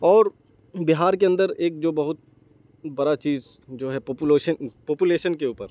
اور بہار کے اندر ایک جو بہت برا چیز جو ہے پاپولیشن کے اوپر